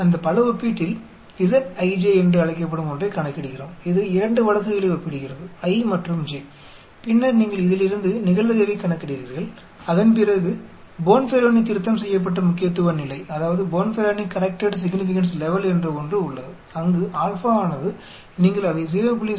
அந்த பல ஒப்பீட்டில் என்று அழைக்கப்படும் ஒன்றைக் கணக்கிடுகிறோம் இது 2 வழக்குகளை ஒப்பிடுகிறது i மற்றும் j பின்னர் நீங்கள் இதிலிருந்து நிகழ்தகவைக் கணக்கிடுகிறீர்கள் அதன் பிறகு போன்பெரோனி திருத்தம் செய்யப்பட்ட முக்கியத்துவ நிலை என்ற ஒன்று உள்ளது அங்கு α ஆனது நீங்கள் அதை 0